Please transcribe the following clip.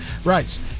Right